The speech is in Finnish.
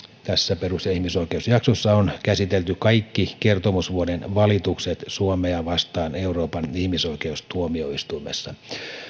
tässä perus ja ihmisoikeusjaksossa on käsitelty kaikki kertomusvuoden valitukset suomea vastaan euroopan ihmisoikeustuomioistuimessa